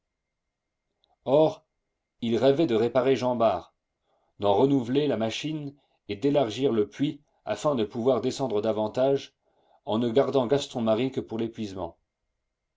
il rêvait de réparer jean bart d'en renouveler la machine et d'élargir le puits afin de pouvoir descendre davantage en ne gardant gaston marie que pour l'épuisement